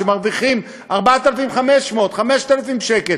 שמרוויחים 4,500 5,000 שקל,